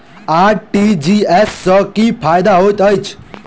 RTGS सँ की फायदा होइत अछि?